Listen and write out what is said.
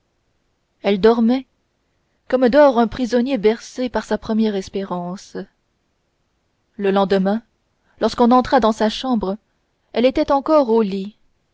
elle dormait comme dort un prisonnier bercé par sa première espérance le lendemain lorsqu'on entra dans sa chambre elle était encore au lit